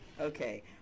okay